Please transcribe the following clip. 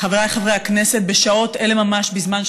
חברי הכנסת, סדרת הצעות אי-אמון בממשלה.